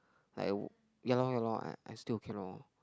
like ya lor ya lor I I still okay lor